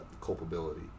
culpability